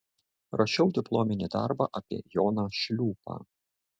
rašiau diplominį darbą apie joną šliūpą